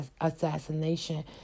assassination